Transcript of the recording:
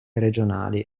regionali